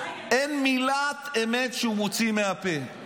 אין מילת אמת אחת שהוא מוציא מהפה,